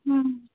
हूँ